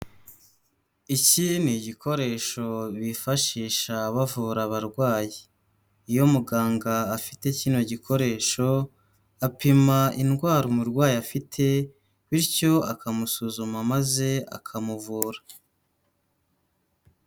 Iki ni igikoresho bifashisha bavura abarwayi. Iyo muganga afite kino gikoresho, apima indwara umurwayi afite bityo akamusuzuma maze akamuvura.